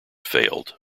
failed